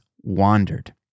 wandered